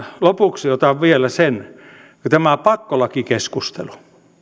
lopuksi otan vielä tämän pakkolakikeskustelun